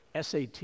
SAT